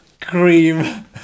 cream